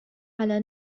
على